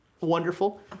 wonderful